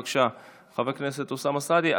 בבקשה, חבר הכנסת אוסאמה סעדי.